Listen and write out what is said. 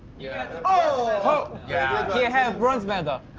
yeah and oh! yeah. he have bronze medal.